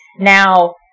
Now